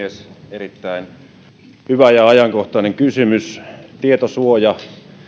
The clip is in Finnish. erittäin hyvä ja ajankohtainen kysymys tietosuoja